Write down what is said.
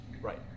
Right